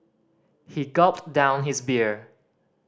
he gulped down his beer